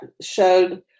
showed